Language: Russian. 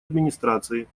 администрации